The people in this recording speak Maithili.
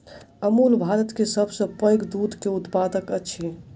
अमूल भारत के सभ सॅ पैघ दूध के उत्पादक अछि